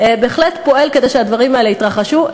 בהחלט פועל כדי שהדברים האלה יתרחשו.